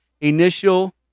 initial